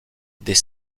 des